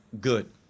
good